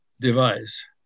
device